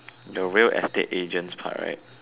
the real estate agents part right